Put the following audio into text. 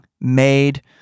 made